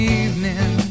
evening